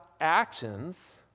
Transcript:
actions